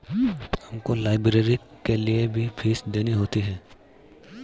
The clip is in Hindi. हमको लाइब्रेरी के लिए भी फीस देनी होती है